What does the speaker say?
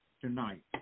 tonight